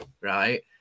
Right